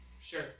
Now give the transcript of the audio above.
sure